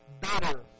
Better